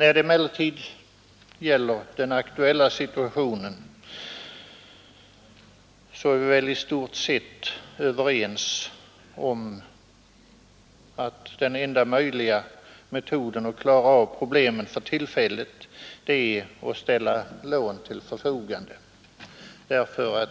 I fråga om den aktuella situationen är vi emellertid i stort sett överens om att den enda möjliga metoden att klara av problemen för å behövs tid för tillfället är att ställa lån till förfogande, eftersom